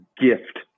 gift